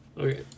okay